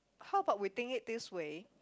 how about we think it this way